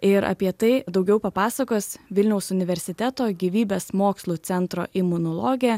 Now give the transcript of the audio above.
ir apie tai daugiau papasakos vilniaus universiteto gyvybės mokslų centro imunologė